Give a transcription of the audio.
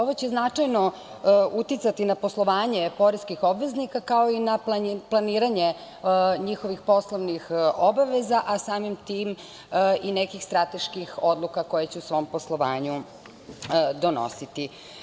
Ovo će značajno uticati na poslovanje poreskih obveznika, kao i na planiranje njihovih poslovnih obaveza, a samim tim i nekih strateških odluka koje će u svom poslovanju donositi.